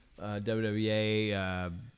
WWE